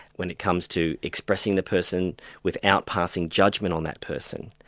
when it comes to expressing the person without passing judgment on that person.